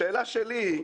השאלה שלי היא: